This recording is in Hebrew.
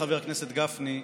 לחבר הכנסת גפני,